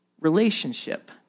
relationship